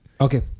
okay